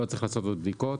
לא צריך לעשות עוד בדיקות